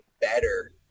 better